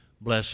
bless